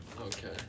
Okay